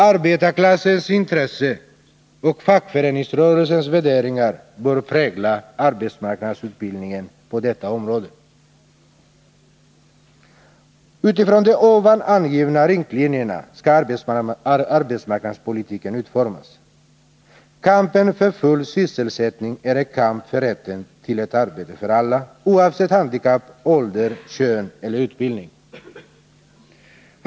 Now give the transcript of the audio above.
Arbetarklassens intressen och fackföreningsrörelsens värderingar bör prägla AMU-utbildningen på alla områden. Utifrån de ovan angivna riktlinjerna skall arbetsmarknadspolitiken utformas. Kampen för full sysselsättning är en kamp för rätten till ett arbete för alla, oavsett handikapp, ålder, kön eller utbildning.